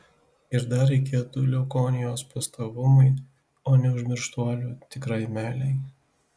ir dar reikėtų leukonijos pastovumui o neužmirštuolių tikrai meilei